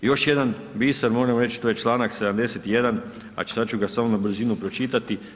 Još jedan biser moram reći, to je članak 71. a sada ću ga samo na brzinu pročitati.